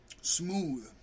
Smooth